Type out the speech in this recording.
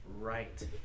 right